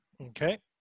Okay